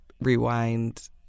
Rewind